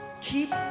Keep